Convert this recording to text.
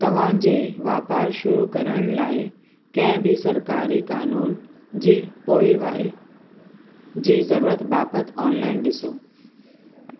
तव्हांजे वापार शुरू करण लाइ कंहिं बि सरकारी कानून जी पोइवारी जी ज़रूरत बाबति ऑनलाइन ॾिसो